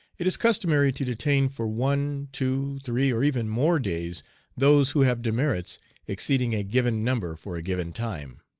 it is customary to detain for one, two, three, or even more days those who have demerits exceeding a given number for a given time.